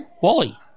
Wally